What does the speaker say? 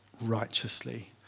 righteously